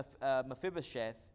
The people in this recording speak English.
Mephibosheth